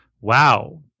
wow